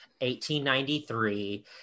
1893